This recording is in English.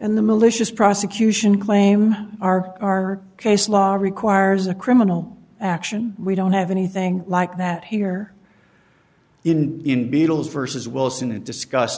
in the malicious prosecution claim our case law requires a criminal action we don't have anything like that here in in beatles versus wilson and discuss